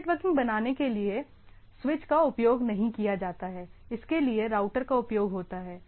inter networking बनाने के लिए स्विच का उपयोग नहीं किया जाता हैउसके लिए राउटर का उपयोग होता है